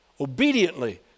obediently